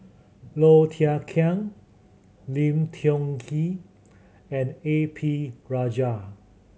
Low Thia Khiang Lim Tiong Ghee and A P Rajah